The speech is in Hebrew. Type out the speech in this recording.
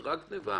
זה רק גניבה.